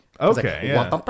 Okay